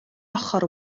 ochr